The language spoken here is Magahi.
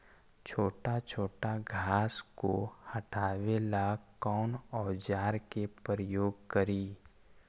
छोटा छोटा घास को हटाबे ला कौन औजार के प्रयोग करि?